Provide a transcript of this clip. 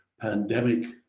pandemic